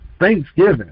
thanksgiving